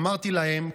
אמרתי להם,